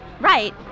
Right